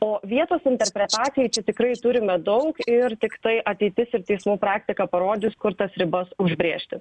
o vietos interpretacijai čia tikrai turime daug ir tiktai ateitis ir teismų praktika parodys kur tas ribas užbrėžti